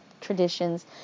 traditions